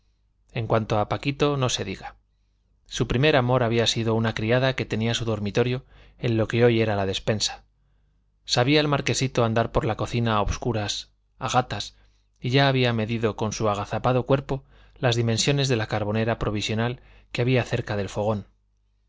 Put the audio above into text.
en cuanto a paquito no se diga su primer amor había sido una criada que tenía su dormitorio en lo que hoy era despensa sabía el marquesito andar por la cocina a obscuras a gatas y ya había medido con su agazapado cuerpo las dimensiones de la carbonera provisional que había cerca del fogón